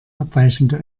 abweichende